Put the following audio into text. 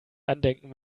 andenken